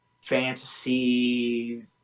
fantasy